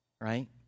right